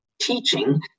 teaching